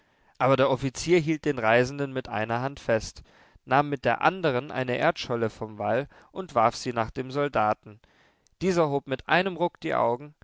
aber der offizier hielt den reisenden mit einer hand fest nahm mit der anderen eine erdscholle vom wall und warf sie nach dem soldaten dieser hob mit einem ruck die augen